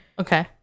Okay